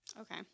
Okay